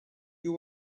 you